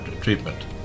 treatment